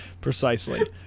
precisely